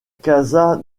casa